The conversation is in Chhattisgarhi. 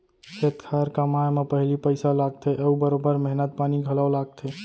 खेत खार कमाए म पहिली पइसा लागथे अउ बरोबर मेहनत पानी घलौ लागथे